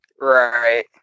Right